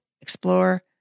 explore